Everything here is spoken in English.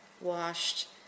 washed